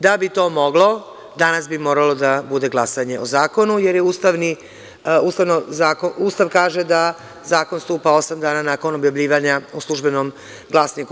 Da bi to moglo, danas bi moralo da bude glasanje o zakonu, jer Ustav kaže da zakon stupa osam dana nakon objavljivanja u „Službenom glasniku“